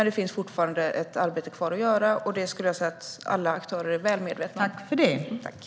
Det finns dock fortfarande arbete kvar att göra, och det tror jag att alla aktörer är väl medvetna om.